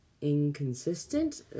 inconsistent